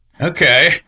Okay